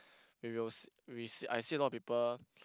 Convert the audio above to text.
we will s~ we s~ I see a lot of people